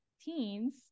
teens